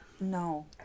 no